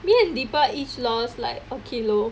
me and deepa each lost like a kilogram